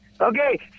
Okay